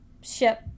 ship